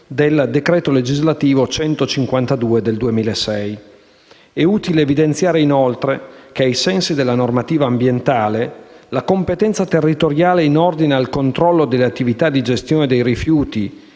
del decreto legislativo n. 152 del 2006. È utile evidenziare inoltre che, ai sensi della normativa ambientale, la competenza territoriale in ordine al controllo delle attività di gestione dei rifiuti,